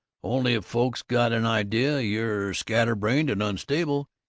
only if folks get an idea you're scatter-brained and unstable,